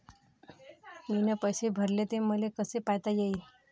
मीन पैसे भरले, ते मले कसे पायता येईन?